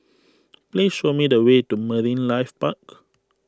please show me the way to Marine Life Park